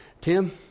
Tim